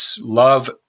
love